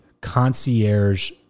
concierge